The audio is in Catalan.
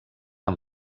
amb